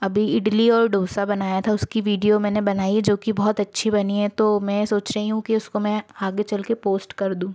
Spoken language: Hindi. अभी इडली और दोसा बनाया था उसकी वीडियो मैंने बनाई है जो की बहुत अच्छी बनी है तो मैं सोच रही हूँ कि उसको मैं आगे चल कर पोस्ट कर दूँ